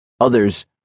others